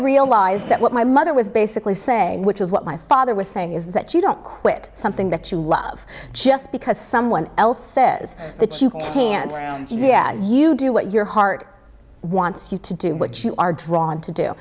realized that what my mother was basically say which is what my father was saying is that you don't quit something that you love just because someone else says that you can't and yet you do what your heart wants you to do what you are drawn to do